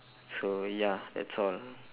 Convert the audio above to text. so ya that's all